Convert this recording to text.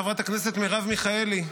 חברת הכנסת מרב מיכאלי,